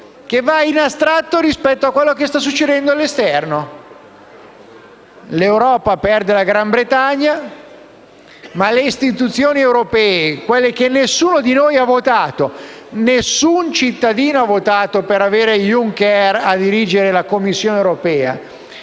che si astrae da quanto sta succedendo all'esterno. L'Europa perde la Gran Bretagna. Per le istituzioni europee nessuno di noi ha votato: nessun cittadino ha votato per avere Juncker a dirigere la Commissione europea;